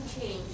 change